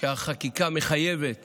כשהחקיקה מחייבת